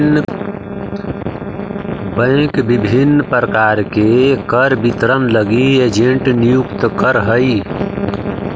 bank विभिन्न प्रकार के कर वितरण लगी एजेंट नियुक्त करऽ हइ